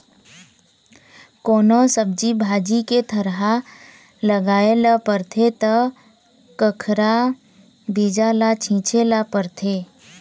कोनो सब्जी भाजी के थरहा लगाए ल परथे त कखरा बीजा ल छिचे ल परथे